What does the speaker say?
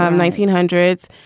um nineteen hundreds.